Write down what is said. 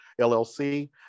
LLC